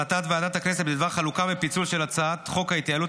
אני קובע כי החלטת ועדת הכנסת בדבר פיצול הצעת חוק התוכנית